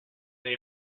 they